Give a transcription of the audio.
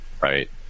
Right